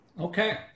Okay